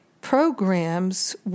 programs